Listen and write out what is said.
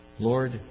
Lord